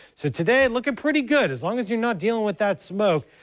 so today looking pretty good, as long as you're not dealing with that smoke,